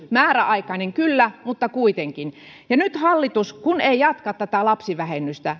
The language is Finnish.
määräaikainen kyllä mutta kuitenkin ja nyt hallitus kun ei jatka tätä lapsivähennystä